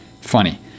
Funny